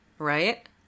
right